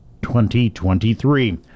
2023